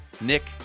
Nick